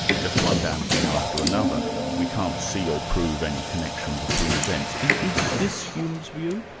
just one damn thing after another we can't see or prove any connection between events. is is this hume's view?